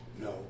No